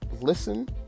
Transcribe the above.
listen